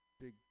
big